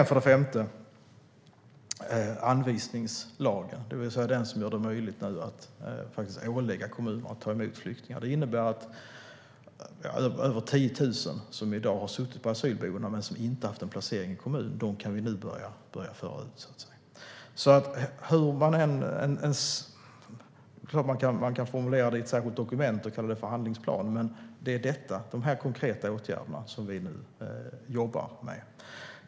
För det femte har vi anvisningslagen, den som nu gör det möjligt att ålägga kommuner att ta emot flyktingar. Det innebär att över 10 000 som i dag har suttit på asylboende men inte haft en placering i kommun kan börja föras ut nu. Det är klart att man kan formulera det i ett särskilt dokument och kalla det handlingsplan. Men det är de här konkreta åtgärderna som vi nu jobbar med.